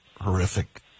horrific